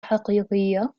حقيقية